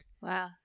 Wow